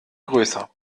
größer